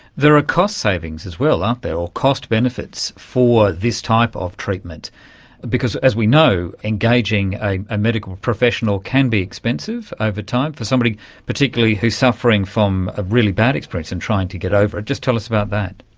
there are cost savings as well, aren't there, or cost-benefits for this type of treatment because, as we know, engaging a a medical professional can be expensive over time, for somebody particularly who is suffering from a really bad experience and trying to get over it. just tell us about that.